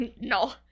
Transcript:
No